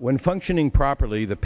when functioning properly the